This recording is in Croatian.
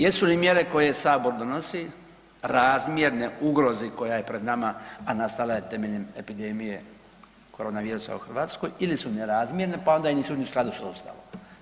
Jesu li mjere koje sabor donosi razmjerne ugrozi koja je pred nama, a nastala je temeljem epidemije koronavirusa u Hrvatskoj ili su nerazmjerne, pa onda i nisu ni u skladu s ustavom?